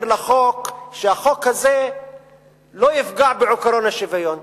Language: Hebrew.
לחוק שהחוק הזה לא יפגע בעקרון השוויון.